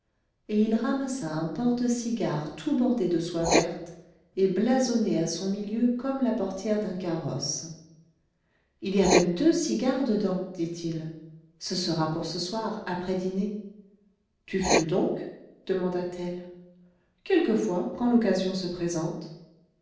et il ramassa un porte cigares tout bordé de soie verte et blasonné à son milieu comme la portière d'un carrosse il y a même deux cigares dedans dit-il ce sera pour ce soir après dîner tu fumes donc demanda-t-elle quelquefois quand l'occasion se présente